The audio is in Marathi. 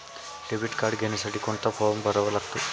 डेबिट कार्ड घेण्यासाठी कोणता फॉर्म भरावा लागतो?